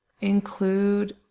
include